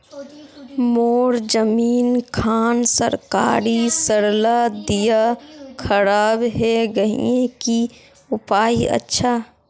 मोर जमीन खान सरकारी सरला दीया खराब है गहिये की उपाय अच्छा?